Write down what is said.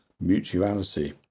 mutuality